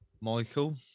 michael